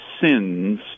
sins